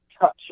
touch